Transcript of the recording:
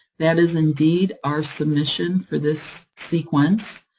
that is, indeed, our submission for this sequence.